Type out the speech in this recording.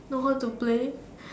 know how to play